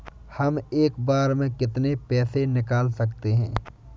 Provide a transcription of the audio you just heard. हम एक बार में कितनी पैसे निकाल सकते हैं?